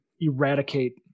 eradicate